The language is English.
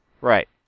Right